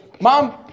mom